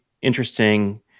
interesting